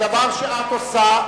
הדבר שאת עושה,